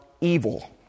evil